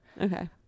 Okay